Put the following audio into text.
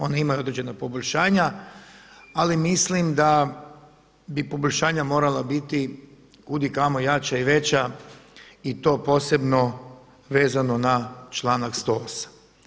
On ima određena poboljšanja, ali mislim da bi poboljšanja morala biti kud i kamo jača i veća i to posebno vezano na članak 108.